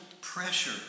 Pressure